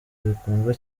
zikundwa